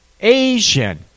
Asian